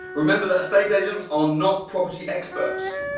remember that estate agents are not property experts.